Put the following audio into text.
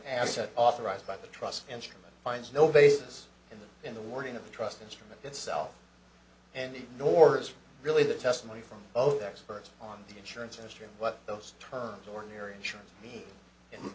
asset authorized by the trust instrument finds no basis in the in the wording of the trust instrument itself and ignores really the testimony from of experts on the insurance industry what those terms ordinary insurance